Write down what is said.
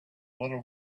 little